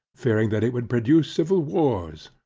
fearing that it would produce civil wars.